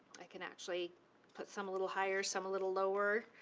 i can actually put some a little higher, some a little lower.